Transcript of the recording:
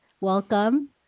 Welcome